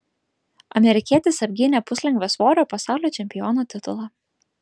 amerikietis apgynė puslengvio svorio pasaulio čempiono titulą